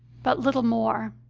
but little more.